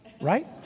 right